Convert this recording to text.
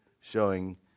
showing